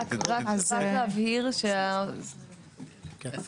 רק להבהיר --- אפרת,